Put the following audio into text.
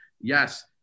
Yes